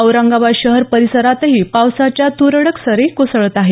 औरंगाबाद शहर परिसरातही पावसाच्या तुरळक सरी कोसळत आहेत